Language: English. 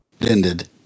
Ended